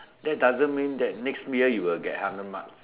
that doesn't mean that next year you will get hundred marks